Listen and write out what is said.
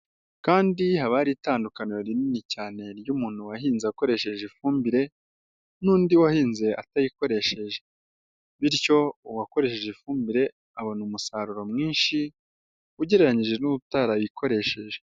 Kandi haba hari itandukaniro rinini cyane ry'umuntu wahinze akoresheje ifumbire, n'undi wahinze atayikoresheje. Bityo uwakoresheje ifumbire abona umusaruro mwinshi, ugereranyije n' utayikoresheje.